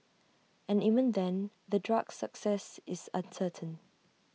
and even then the drug's success is uncertain